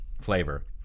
flavor